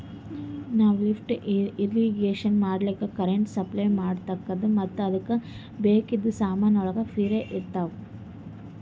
ನಾವ್ lift irrigation ಮಾಡ್ಲಕ್ಕ್ current supply ಬೆಕಾತದ್ ಮತ್ತ್ ಅದಕ್ಕ್ ಬೇಕಾಗಿದ್ ಸಮಾನ್ಗೊಳ್ನು ಪಿರೆ ಇರ್ತವ್